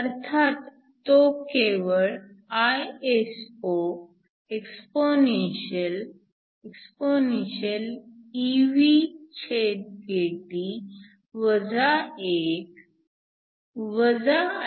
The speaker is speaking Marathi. अर्थात तो केवळ Isoexp evkT 1 Iph आहे